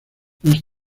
más